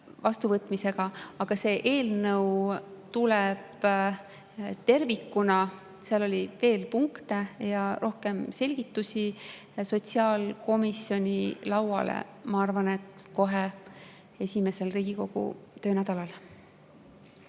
vastuvõtmisega. Aga see eelnõu tuleb tervikuna – seal oli veel punkte ja rohkem selgitusi – sotsiaalkomisjoni lauale, ma arvan, kohe esimesel Riigikogu töönädalal.